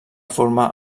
formar